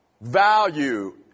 Value